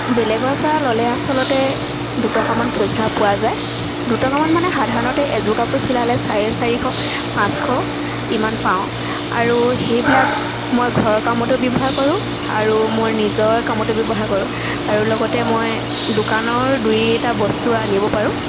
বেলেগৰ পৰা ল'লে আচলতে দুটকামান পইচা পোৱা যায় দুটকামান মানে সাধাৰণতে এযোৰ কাপোৰ চিলালে চাৰে চাৰিশ পাঁচশ ইমান পাওঁ আৰু সেইবিলাক মই ঘৰৰ কামতো ব্যৱহাৰ কৰোঁ আৰু মোৰ নিজৰ কামতো ব্যৱহাৰ কৰোঁ আৰু লগতে মই দোকানৰ দুই এটা বস্তু আনিব পাৰোঁ